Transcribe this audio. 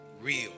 real